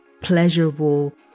pleasurable